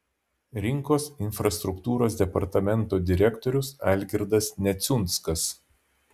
rinkos infrastruktūros departamento direktorius algirdas neciunskas